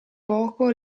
poco